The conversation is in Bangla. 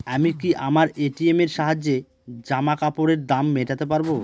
আমি কি আমার এ.টি.এম এর সাহায্যে জামাকাপরের দাম মেটাতে পারব?